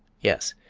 yes,